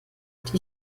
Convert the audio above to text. die